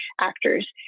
actors